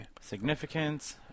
Significance